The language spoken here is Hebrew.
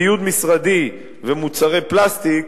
ציוד משרדי ומוצרי פלסטיק,